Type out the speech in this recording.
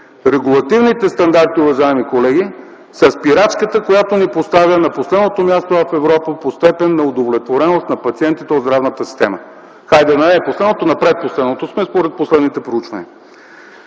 Регулативните стандарти, уважаеми колеги, са спирачката, която ни поставя на последното място в Европа по степен на удовлетвореност на пациентите от здравната система. Хайде, да не е последното – на предпоследното сме според последните проучвания.